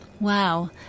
wow